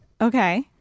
Okay